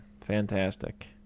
Fantastic